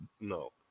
no